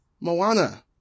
Moana